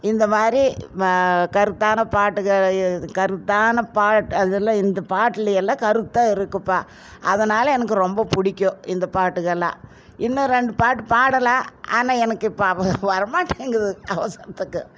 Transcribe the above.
இந்த மாதிரி கருத்தான பாட்டுக்கல் கருத்தான பாட் அதில் இந்த பாட்டுலயெல்லாம் கருத்தாக இருக்குதுப்பா அதனால எனக்கு ரொம்ப பிடிக்கும் இந்த பாட்டுகளெலாம் இன்னும் ரெண்டு பாட்டு பாடலாம் ஆனால் எனக்கு இப்போ வரமாட்டேங்கிது அவசரத்துக்கு